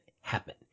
happen